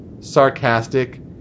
sarcastic